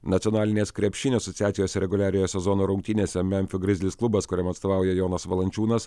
nacionalinės krepšinio asociacijos reguliariojo sezono rungtynėse memfio grizzlies klubas kuriam atstovauja jonas valančiūnas